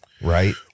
right